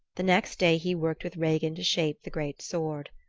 the next day he worked with regin to shape the great sword.